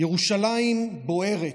ירושלים בוערת.